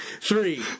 Three